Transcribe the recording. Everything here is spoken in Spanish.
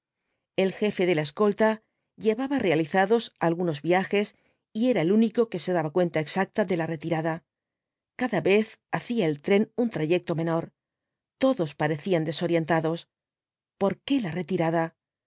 el jefe de la escolta llevaba realizados algunos viajes y era el único que se daba cuenta exacta de la retirada cada vez hacía el tren un trayecto menor todos parecían desorientados por qué la retirada